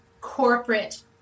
corporate